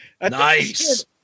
Nice